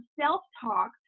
self-talk